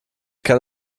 kann